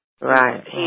Right